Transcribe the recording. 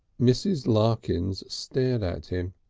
mrs. larkins stared at him.